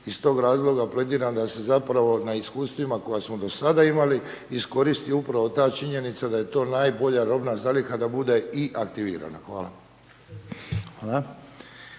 i stog razloga …/nerazumljivo/… da se zapravo na iskustvima koja smo do sada imali iskoristi upravo ta činjenica da je to najbolja robna zaliha da bude i aktivirana. Hvala.